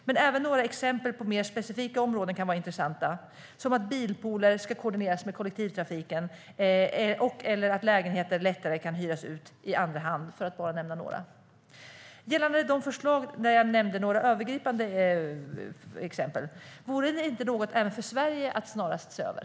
Men även några exempel på mer specifika områden kan vara intressanta, som att bilpooler ska koordineras med kollektivtrafiken eller att lägenheter lättare kan hyras ut i andra hand, för att bara nämna några. Gällande de förslag där jag nämnde några övergripande exempel: Vore det inte något även för Sverige att snarast se över?